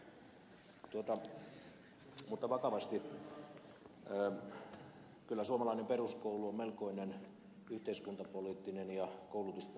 mutta vakavasti kyllä suomalainen peruskoulu on melkoinen yhteiskuntapoliittinen ja koulutuspoliittinen innovaatio